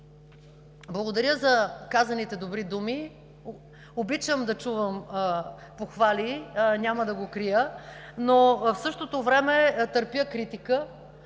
Благодаря за казаните добри думи! Обичам да чувам похвали, няма да го крия, но в същото време търпя критика